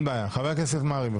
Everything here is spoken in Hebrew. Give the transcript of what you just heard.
חבר הכנסת מרעי.